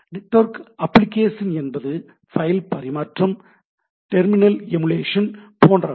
network application என்பது file பரிமாற்றம் terminal emulation போன்றவை